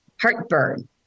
heartburn